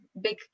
big